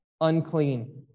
unclean